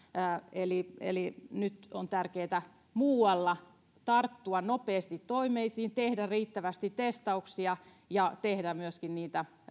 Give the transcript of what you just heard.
eli eli nyt on tärkeää muualla tarttua nopeasti toimiin tehdä riittävästi testauksia ja tehdä myöskin niitä